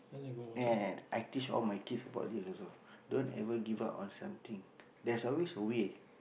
and I teach all my kids about this also don't ever give up on something there's always a way